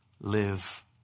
live